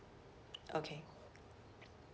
okay